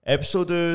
Episode